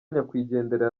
nyakwigendera